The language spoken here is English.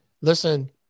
Listen